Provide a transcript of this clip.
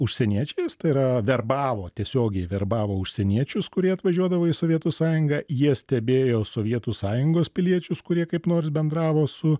užsieniečiais tai yra verbavo tiesiogiai verbavo užsieniečius kurie atvažiuodavo į sovietų sąjungą jie stebėjo sovietų sąjungos piliečius kurie kaip nors bendravo su